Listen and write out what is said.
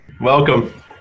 Welcome